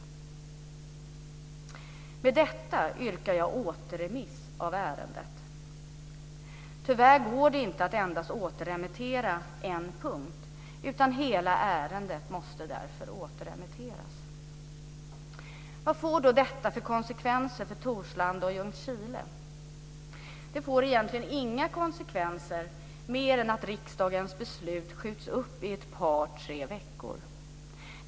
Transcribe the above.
Med detta yrkar jag återremiss av ärendet. Tyvärr går det inte att endast återremittera en punkt, utan hela ärendet måste därför återremitteras. Vad får då detta för konsekvenser för Torslanda och Ljungskile. Det får egentligen inga konsekvenser mer än att riksdagens beslut skjuts upp i ett par tre veckor.